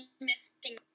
misting